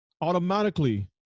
automatically